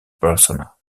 persona